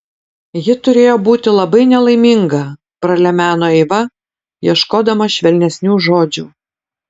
ji turėjo būti labai nelaiminga pralemeno eiva ieškodama švelnesnių žodžių